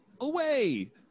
away